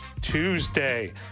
Tuesday